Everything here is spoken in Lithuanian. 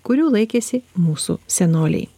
kurių laikėsi mūsų senoliai